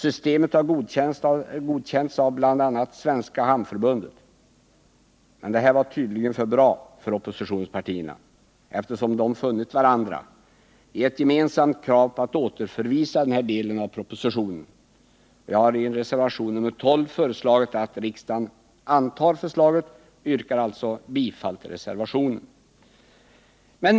Systemet har godkänts av bl.a. Svenska Hamnförbundet. Det här var tydligen för bra för oppositionspartierna, eftersom de funnit varandra i ett gemensamt krav på att återförvisa denna del av propositionen. Jag har i reservation nr 12 föreslagit att riksdagen antar förslaget och yrkar således bifall till reservationen.